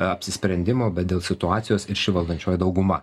apsisprendimo bet dėl situacijos ir ši valdančioji dauguma